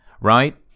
right